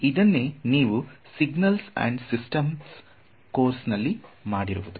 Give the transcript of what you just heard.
ಇದನ್ನೇ ನೀವು signals and systems Signals Systems course ನಲ್ಲಿ ಮಾಡಿರುವುದು